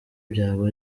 byaba